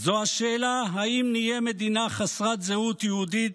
זו השאלה האם נהיה מדינה חסרת זהות יהודית,